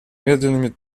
медленными